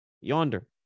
yonder